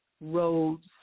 roads